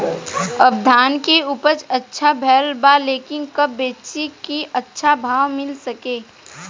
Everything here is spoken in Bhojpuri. आपनधान के उपज अच्छा भेल बा लेकिन कब बेची कि अच्छा भाव मिल सके?